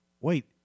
Wait